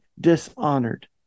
dishonored